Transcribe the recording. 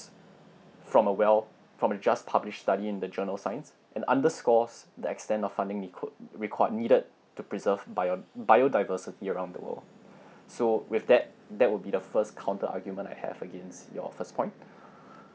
from a well from a just published study in the journal science and underscores the extent of funding record needed to preserve bio biodiversity around the world so with that that would be the first counter argument I have against your first point